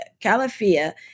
Calafia